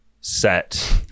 set